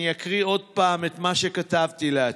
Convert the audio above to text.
אני אקריא עוד פעם את מה שכתבתי לעצמי: